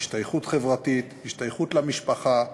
השתייכות חברתית, השתייכות למשפחה,